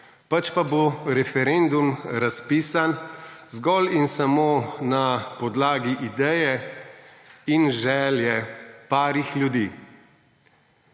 Pač pa bo referendum razpisan zgolj in samo na podlagi ideje in želje nekaj ljudi.